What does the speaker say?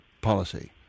policy